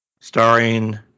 starring